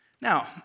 Now